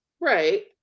Right